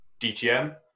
DTM